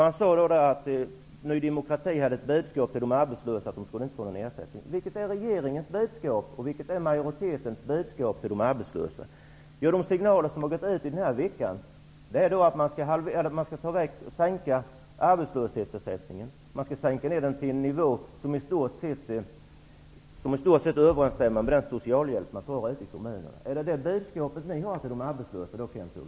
Han sade att Ny demokratis budskap till de arbetslösa var att de inte skulle få någon ersättning. Vilket är regeringens budskap, och vilket är majoritetens budskap, till de arbetslösa? De signaler som har gått ut i denna vecka är att man skall sänka arbetslöshetsersättningen till en nivå som i stort sett överensstämmer med den socialhjälp man får ute i kommunerna. Är detta det budskap ni har till de arbetslösa, Kent Olsson?